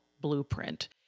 blueprint